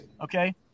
Okay